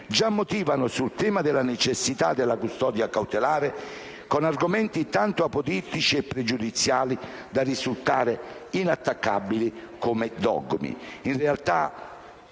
già motivano sul tema della necessità della custodia cautelare con argomenti tanto apodittici e pregiudiziali da risultare inattaccabili come dogmi.